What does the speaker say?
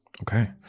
Okay